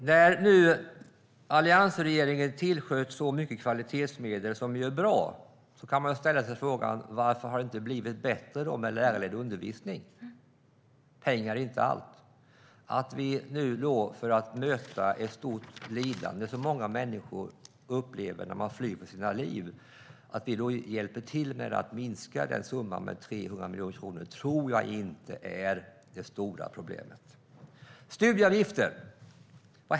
Herr talman! När nu alliansregeringen tillsköt så mycket kvalitetsmedel som är bra kan man ställa sig frågan: Varför har det inte blivit bättre med lärarledd undervisning? Pengar är inte allt. Att vi nu, för att möta ett stort lidande som många människor upplever när de flyr för sina liv, hjälper till genom att minska den här summan med 300 miljoner kronor tror jag inte är det stora problemet. Vad händer när det gäller studieavgifter?